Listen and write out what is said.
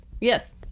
Yes